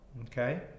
Okay